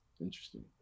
interesting